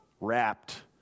wrapped